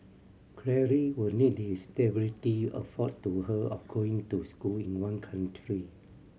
will need the stability afforded to her of going to school in one country